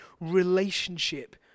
relationship